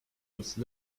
whose